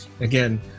Again